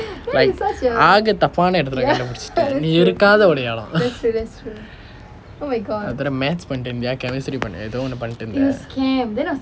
like ஆக தப்பான இடத்திலே கண்டுபிடிச்சுட்ட நீ இருக்காத ஒரு இடம் அதோட:aaka thappaana idathilae kandupidichutta ni irukkatha oru idam athoda math பண்ணிட்டு இருந்தியா:pannittu irunthiyaa chemistry பண்ணிட்டு ஏதோ ஒன்னு பண்ணிட்டு இருந்த:pannittu aetho onnu pannitu iruntha